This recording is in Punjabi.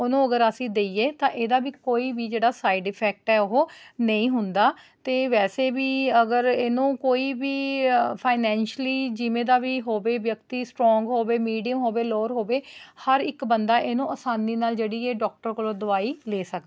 ਉਹਨੂੰ ਅਗਰ ਅਸੀਂ ਦੇਈਏ ਤਾਂ ਇਹਦਾ ਵੀ ਕੋਈ ਵੀ ਜਿਹੜਾ ਸਾਈਡ ਇਫੈਕਟ ਹੈ ਉਹ ਨਹੀਂ ਹੁੰਦਾ ਅਤੇ ਵੇਸੈ ਵੀ ਅਗਰ ਇਹਨੂੰ ਕੋਈ ਵੀ ਫਾਈਨੈਸ਼ਲੀ ਜਿਵੇਂ ਦਾ ਵੀ ਹੋਵੇ ਵਿਅਕਤੀ ਸਟਰੋਗ ਹੋਵੇ ਮੀਡੀਅਮ ਹੋਵੇ ਲੋਅਰ ਹੋਵੇ ਹਰ ਇੱਕ ਬੰਦਾ ਇਹਨੂੰ ਆਸਾਨੀ ਨਾਲ ਜਿਹੜੀ ਹੈ ਡਾਕਟਰ ਕੋਲੋਂ ਦਵਾਈ ਲੈ ਸਕਦਾ ਹੈ